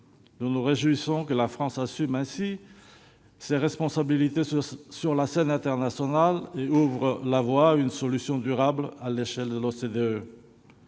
Nous nous réjouissons que la France assume ainsi ses responsabilités sur la scène internationale et ouvre la voie à une solution durable à l'échelle de l'OCDE.